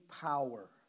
power